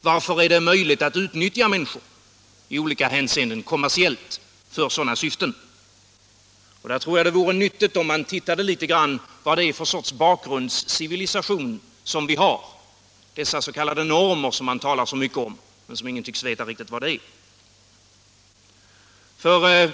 Varför är det möjligt att utnyttja människor i olika hän= —- seenden kommersiellt för sådana syften? Om åtgärder mot Jag tror att det vore nyttigt om man tittade litet grand på vad det pornografi och är för bakgrundscivilisation vi har, på dessa s.k. normer som man talar = prostitution så mycket om men som ingen tycks veta riktigt vad det är.